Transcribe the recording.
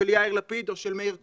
של יאיר לפיד או של מאיר כהן.